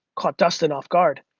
caught dustin off guard.